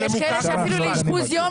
ויש כאלה שלא יכולים אפילו להגיע לאשפוז יום,